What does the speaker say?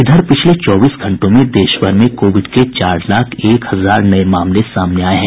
इधर पिछले चौबीस घंटों में देश भर में कोविड के चार लाख एक हजार नये मामले सामने आये हैं